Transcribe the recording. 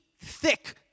thick